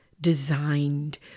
designed